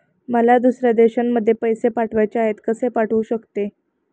मला दुसऱ्या देशामध्ये पैसे पाठवायचे आहेत कसे पाठवू शकते?